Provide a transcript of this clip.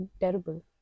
terrible